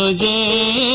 ah day